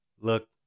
Look